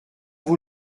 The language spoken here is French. vous